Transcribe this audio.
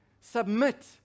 submit